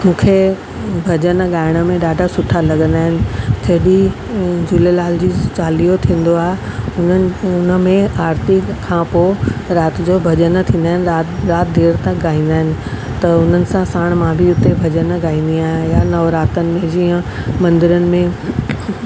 मूंखे भॼन गाइण में ॾाढा सुठा लॻंदा आहिनि जॾहिं झूलेलाल जो चालीहो थींदो आहे हुननि हुन में आरिती खां पोइ राति जो भॼन थींदा आहिनि राति राति देर तक गाईंदा आहिनि त हुननि सां साणि मां बि हुते भॼन गाईंदी आहियां या नवरात्रनि में जीअं मंदरनि में